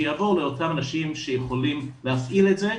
יעבור לאותם אנשים שיכולים להפעיל את זה.